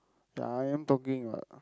ya I am talking what